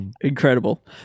Incredible